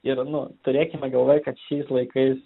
ir nu turėkime galvoj kad šiais laikais